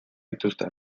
dituzte